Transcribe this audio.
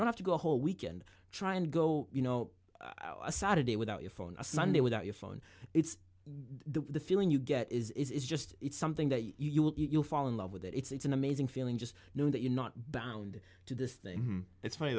don't have to go a whole weekend try and go you know a saturday without your phone a sunday without your phone it's the feeling you get is it's just it's something that you will you'll fall in love with it it's an amazing feeling just knowing that you're not bound to this thing it's funny